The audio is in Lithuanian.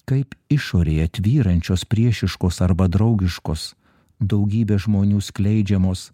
kaip išorėje tvyrančios priešiškos arba draugiškos daugybe žmonių skleidžiamos